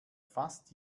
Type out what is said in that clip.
fast